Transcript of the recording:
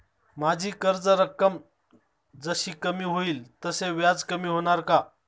माझी कर्ज रक्कम जशी कमी होईल तसे व्याज कमी होणार का?